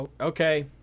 Okay